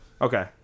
Okay